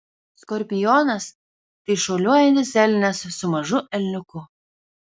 skorpionas tai šuoliuojantis elnias su mažu elniuku